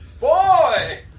Boy